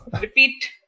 repeat